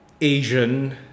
Asian